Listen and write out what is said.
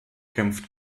kämpft